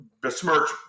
besmirch